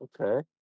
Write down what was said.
Okay